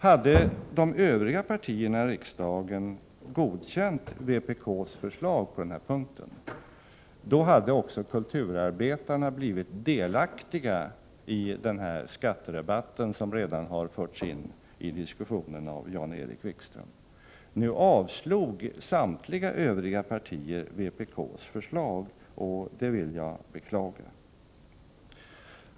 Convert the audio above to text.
Om de övriga partierna i riksdagen hade godkänt vpk:s förslag på den här punkten, hade också kulturarbetarna blivit delaktiga av den här rabatten, som redan har förts in i diskussionen av Jan-Erik Wikström. Nu avslog samtliga övriga partier vpk:s förslag, och det vill jag beklaga.